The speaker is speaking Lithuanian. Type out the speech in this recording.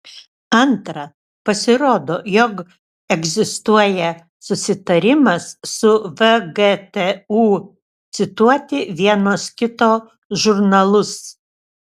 antra pasirodo jog egzistuoja susitarimas su vgtu cituoti vienas kito žurnalus